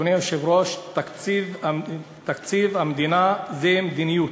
אדוני היושב-ראש, תקציב המדינה הוא מדיניות.